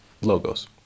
logos